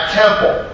temple